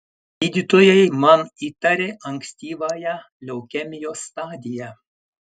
gydytojai man įtarė ankstyvąją leukemijos stadiją